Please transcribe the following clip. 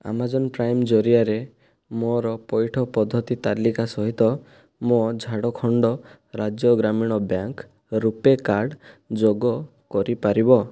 Amazon prime ଜରିଆରେ ମୋ'ର ପଇଠ ପଦ୍ଧତି ତାଲିକା ସହିତ ମୋ' ଝାଡ଼ଖଣ୍ଡ ରାଜ୍ୟ ଗ୍ରାମୀଣ ବ୍ୟାଙ୍କ୍ ରୁପେ କାର୍ଡ଼୍ ଯୋଗ କରିପାରିବ